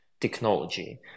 technology